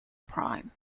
prime